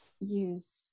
use